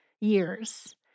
years